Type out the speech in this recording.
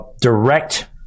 direct